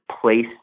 place